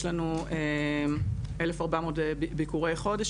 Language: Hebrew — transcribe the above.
יש לנו 1,400 ביקורי חודש.